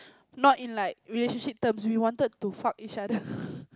not in like relationship terms we wanted to fuck each other